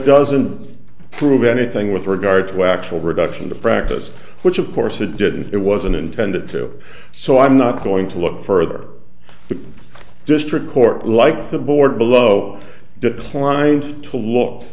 doesn't prove anything with regard to actual reduction to practice which of course it did it wasn't intended to so i'm not going to look further the district court like the board below declined to look